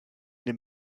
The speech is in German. den